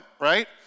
right